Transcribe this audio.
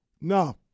No